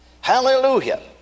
Hallelujah